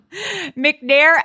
McNair